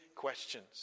questions